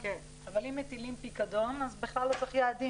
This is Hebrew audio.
אבל אם מטילים פיקדון אז בכלל לא צריך יעדים